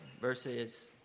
verses